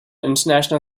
international